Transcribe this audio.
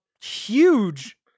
huge